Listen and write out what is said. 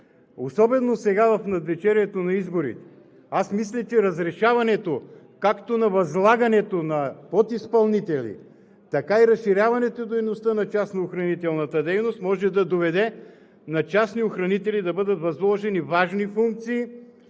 особено сега, в навечерието на избори. Аз мисля, че разрешаването както на възлагането на подизпълнители, така и разширяването дейността на частно-охранителната дейност може да доведе на частни охранители да бъдат възложени важни функции,